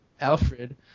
Alfred